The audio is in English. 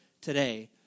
today